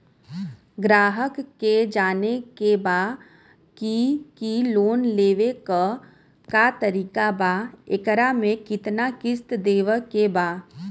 ग्राहक के जाने के बा की की लोन लेवे क का तरीका बा एकरा में कितना किस्त देवे के बा?